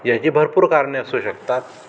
याची भरपूर कारणे असू शकतात